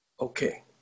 Okay